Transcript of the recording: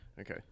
Okay